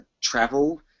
travel